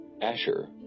Asher